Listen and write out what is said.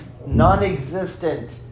non-existent